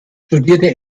studierte